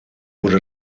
wurde